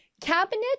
Cabinet